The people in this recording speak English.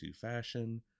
fashion